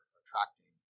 attracting